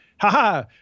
haha